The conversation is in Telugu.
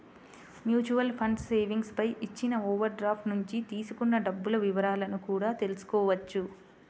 మ్యూచువల్ ఫండ్స్ సేవింగ్స్ పై ఇచ్చిన ఓవర్ డ్రాఫ్ట్ నుంచి తీసుకున్న డబ్బుల వివరాలను కూడా తెల్సుకోవచ్చు